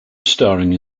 starring